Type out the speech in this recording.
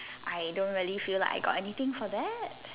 I don't really feel like I got anything for that